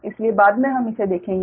इसलिए बाद में हम इसे देखेंगे